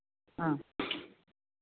ആ